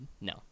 no